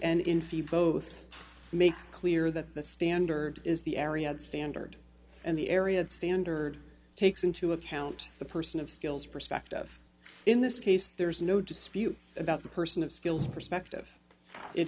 and in fee both make clear that the standard is the area standard and the area standard takes into account the person of skills for fact of in this case there's no dispute about the person of skills perspective it